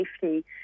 safety